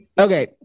Okay